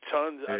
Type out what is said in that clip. Tons